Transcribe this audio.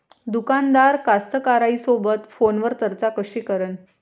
दुकानदार कास्तकाराइसोबत फोनवर चर्चा कशी करन?